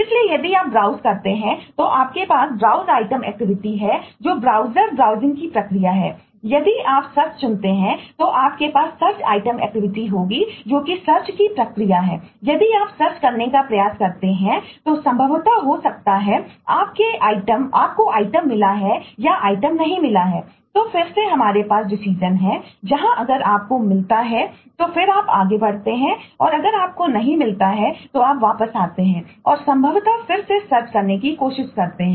इसलिए यदि आप ब्राउज़ करते हैं तो आपके पास ब्राउज़ आइटम एक्टिविटी करने की कोशिश करते हैं